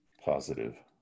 positive